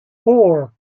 four